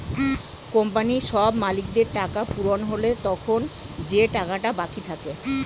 কোম্পানির সব মালিকদের টাকা পূরণ হলে তখন যে টাকাটা বাকি থাকে